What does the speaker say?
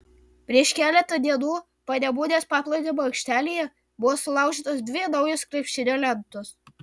prieš keletą dienų panemunės paplūdimio aikštelėje buvo sulaužytos dvi naujos krepšinio lentos